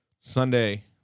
sunday